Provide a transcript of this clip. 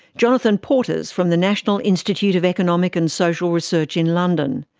jonathan portes, from the national institute of economic and social research in london.